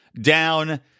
down